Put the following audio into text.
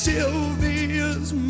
Sylvia's